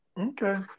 Okay